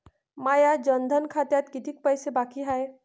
माया जनधन खात्यात कितीक पैसे बाकी हाय?